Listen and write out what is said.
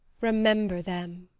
remember them!